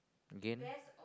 again